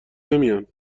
نمیان